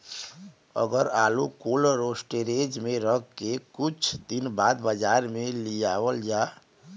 अगर आलू cold storage में रख के कुछ दिन बाद बाजार में लियावल जा?